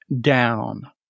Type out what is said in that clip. down